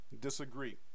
disagree